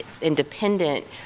independent